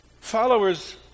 followers